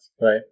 Right